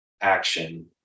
action